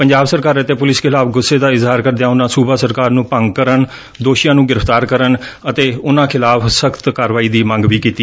ਪੰਜਾਬ ਸਰਕਾਰ ਅਤੇ ਪੁਲਿਸ ਖਿਲਾਫ਼ ਗੁੱਸੇ ਦਾ ਇਜ਼ਹਾਰ ਕਰਦਿਆਂ ਉਨੂਾ ਸੂਬਾ ਸਰਕਾਰ ਨੂੰ ਭੰਗ ਕਰਨ ਦੋਸ਼ੀਆਂ ਨੂੰ ਗ੍ਰਿਫ਼ਤਾਰ ਕਰਨ ਅਤੇ ਉਨੂਾ ਖਿਲਾਫ਼ ਸਖ਼ਤ ਕਾਰਵਾਈ ਦੀ ਮੰਗ ਵੀ ਕੀਤੀ